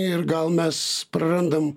ir gal mes prarandam